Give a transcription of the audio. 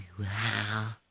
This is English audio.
Wow